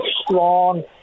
strong